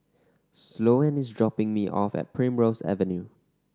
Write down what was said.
Sloane is dropping me off at Primrose Avenue